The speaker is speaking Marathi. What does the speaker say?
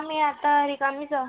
मी आता रिकामीच हा